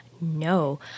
No